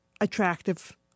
attractive